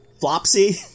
Flopsy